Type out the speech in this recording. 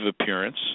appearance